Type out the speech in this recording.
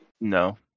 No